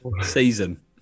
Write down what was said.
Season